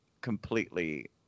completely